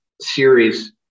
series